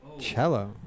Cello